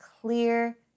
clear